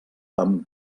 amb